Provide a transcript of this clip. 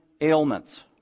ailments